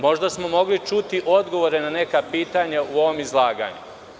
Možda smo mogli čuti odgovore na neka pitanja u ovom izlaganju.